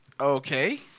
Okay